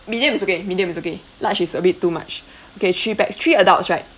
medium is okay medium is okay large is a bit too much okay three pax three adults right